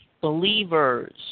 Believers